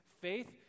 faith